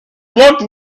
looked